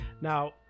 now